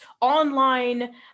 online